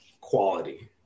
Quality